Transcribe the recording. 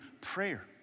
prayer